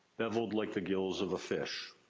beveled, like the gills of a fish.